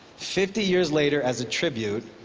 fifty years later, as a tribute,